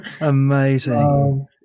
amazing